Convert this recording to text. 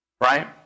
Right